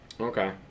Okay